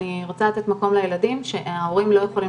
אני רוצה לתת מקום לילדים שההורים לא יכולים